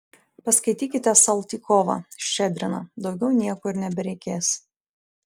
paskaitykite saltykovą ščedriną daugiau nieko ir nebereikės